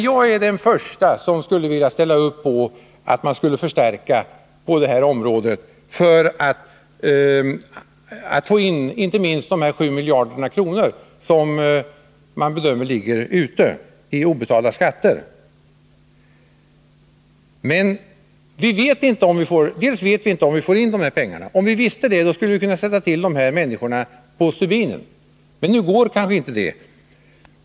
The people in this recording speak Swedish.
Jag är den förste som skulle vilja ställa mig bakom förstärkningar på detta område för att vi inte minst skulle kunna få in de 7 miljarder som man bedömer ligger ute i obetalda skatter. Men vi vet inte om vi genom sådana här förstärkningar får in dessa pengar. Om vi visste det, skulle vi kunna inrätta dessa tjänster på stubinen, men det går troligen inte.